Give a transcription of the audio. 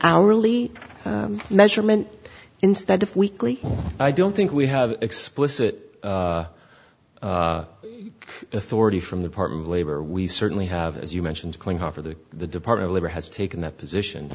hourly measurement instead of weekly i don't think we have explicit authority from the partner of labor we certainly have as you mentioned klinghoffer the the department of labor has taken that position